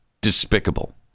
despicable